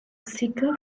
cigar